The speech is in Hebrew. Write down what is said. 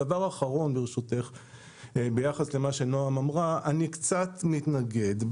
דבר אחרון, ביחס למה שנעם אמרה, אני קצת מתנגד.